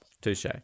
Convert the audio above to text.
Touche